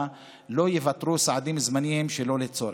לא ייוותרו סעדים זמניים שלא צורך.